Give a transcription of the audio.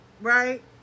right